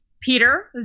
Peter